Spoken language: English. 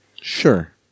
Sure